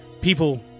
People